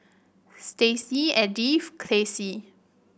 Stacey Edythe Classie